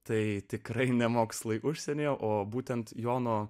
tai tikrai ne mokslai užsienyje o būtent jono